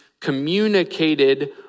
communicated